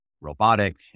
robotic